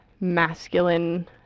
masculine